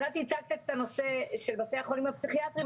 את הצגת את הנושא של בתי החולים הפסיכיאטריים